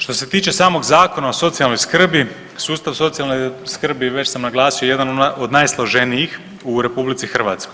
Što se tiče samog Zakona o socijalnoj skrbi, sustav socijalne skrbi već sam naglasio je jedan od najsloženijih u RH.